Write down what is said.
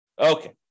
Okay